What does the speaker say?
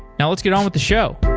now, let's get on with the show